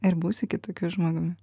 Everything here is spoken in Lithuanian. ir būsi kitokiu žmogumi